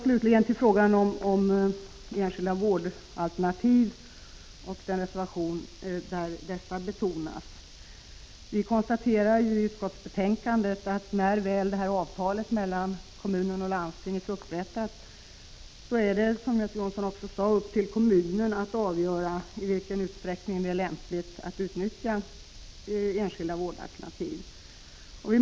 Slutligen skall jag kommentera reservation 3 om ökad användning av enskilda vårdalternativ. I utskottsbetänkandet konstaterar vi att när detta avtal mellan kommunen och landstinget har upprättats är det, som Göte Jonsson sade, upp till kommunen att avgöra i vilken utsträckning det är lämpligt att utnyttja enskilda vårdalternativ.